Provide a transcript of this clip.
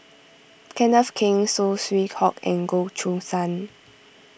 Kenneth Keng Saw Swee Hock and Goh Choo San